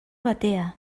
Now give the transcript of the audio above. batea